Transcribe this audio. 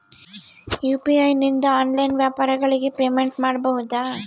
UPI ನಿಂದ online ವ್ಯಾಪಾರಗಳಿಗೆ payment ಮಾಡಬಹುದಾ?